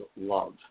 love